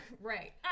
Right